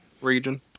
region